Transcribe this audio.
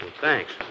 Thanks